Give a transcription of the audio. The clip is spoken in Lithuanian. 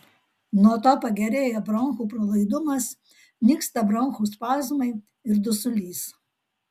nuo to pagerėja bronchų pralaidumas nyksta bronchų spazmai ir dusulys